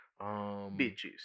Bitches